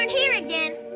here again.